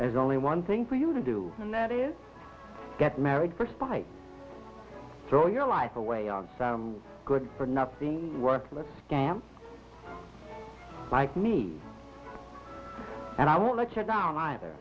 there's only one thing for you to do and that is get married for spite throw your life away on some good for nothing worthless scamp like me and i won't let her down either